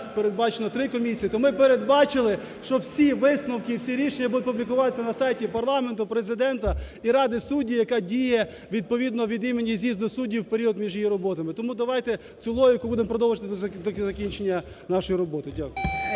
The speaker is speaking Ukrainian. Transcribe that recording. передбачено три комісії, то ми передбачили, що всі висновки і всі рішення будуть публікуватися на сайті парламенту, Президента і Ради суддів, яка діє відповідно від імені з'їзду суддів в період між її роботами. Тому давайте цю логіку будемо продовжувати до закінчення нашої роботи. Дякуємо.